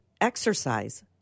Exercise